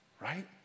right